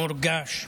מורגש,